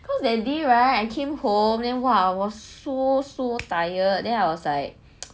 so that day right I came home then !wah! was so so tired then I was like